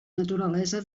naturalesa